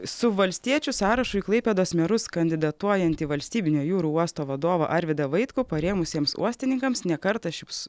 su valstiečių sąrašu į klaipėdos merus kandidatuojantį valstybinio jūrų uosto vadovą arvydą vaitkų parėmusiems uostininkams ne kartą šyps